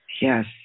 Yes